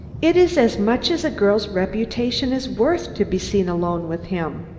it is as much as a girl's reputation is worth to be seen alone with him.